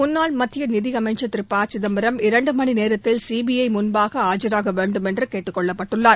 முன்னாள் மத்திய நிதியமைச்சர் திரு ப சிதம்பரம் இரண்டு மணிநேரத்தில் சிபிஐ முன்பாக ஆஐராகவேண்டும் என்று கேட்டுக்கொள்ளப்பட்டுள்ளார்